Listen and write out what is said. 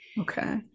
Okay